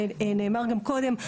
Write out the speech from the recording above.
ונאמר גם קודם,